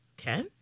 Okay